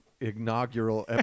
inaugural